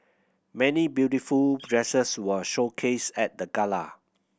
many beautiful dresses were showcased at the gala